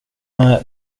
nej